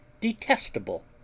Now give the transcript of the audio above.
detestable